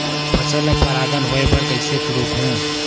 फसल ल परागण होय बर कइसे रोकहु?